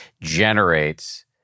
generates